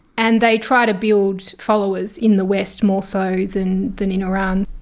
and they try to build followers in the west, more so than than in iran.